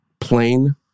plain